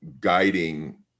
guiding